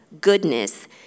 goodness